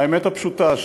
האמת הפשוטה,